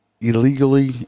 illegally